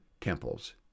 temples